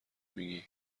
میگیی